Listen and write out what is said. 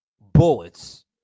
bullets